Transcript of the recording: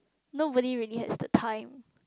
nobody really has the time